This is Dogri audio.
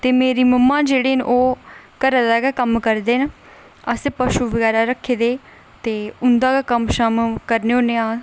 ते मेरी मम्मा जेहड़ी ना ओह् घरै दा गै कम्म करदे ना असें पशु बगैरा बी रक्खे दे उं'दा गै कम्म शम्म करने होन्ने आं